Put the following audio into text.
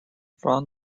front